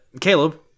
Caleb